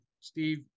Steve